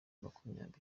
makumyabiri